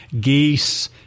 Geese